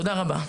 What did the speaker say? תודה רבה.